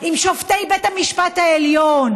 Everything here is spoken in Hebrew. עם שופטי בית המשפט העליון,